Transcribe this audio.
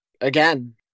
again